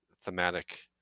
thematic